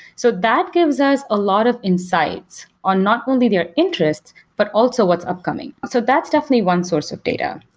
so that gives us a lot of insights on not only their interest but also what's upcoming. so that's definitely one source of data.